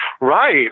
Right